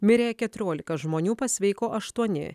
mirė keturiolika žmonių pasveiko aštuoni